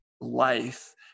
life